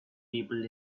people